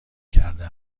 کرده